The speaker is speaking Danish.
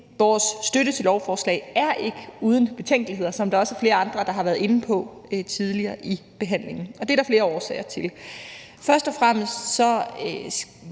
vores støtte til lovforslaget er ikke uden betænkeligheder, som flere andre også har været inde på tidligere i behandlingen at de har, og det er der flere årsager til. Først og fremmest